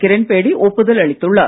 கிரண் பேடி ஒப்புதல் அளித்துள்ளார்